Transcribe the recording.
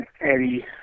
Eddie